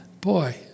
boy